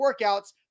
workouts